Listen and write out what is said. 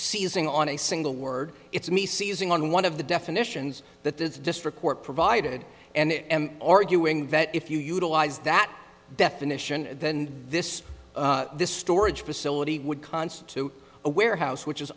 seizing on a single word it's me seizing on one of the definitions that this district court provided and arguing that if you utilize that definition then this this storage facility would constitute a warehouse which is